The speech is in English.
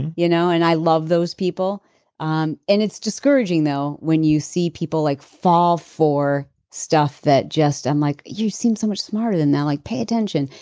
you know, and i love those people um and it's discouraging though when you see people like fall for stuff that just. i'm like you seem so much smarter than that, like pay attention.